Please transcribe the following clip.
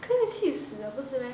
可以气死了不是 meh